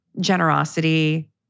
generosity